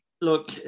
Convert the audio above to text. Look